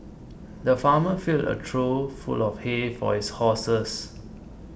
the farmer filled a trough full of hay for his horses